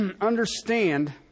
understand